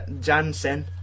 Jansen